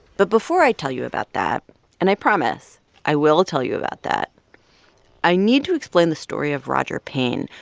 but before i tell you about that and i promise i will tell you about that i need to explain the story of roger payne,